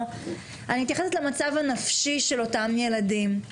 - אני מתייחסת למצב הנפשי של אותם ילדים.